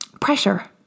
pressure